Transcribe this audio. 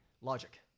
logic